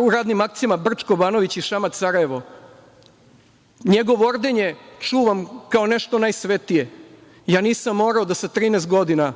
u radnim akcijama, Brčko-Banović i Šamac-Sarajevo. Njegovo ordenje čuvam kao nešto najsvetije. Ja nisam morao da sa 13 godina